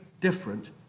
different